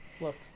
looks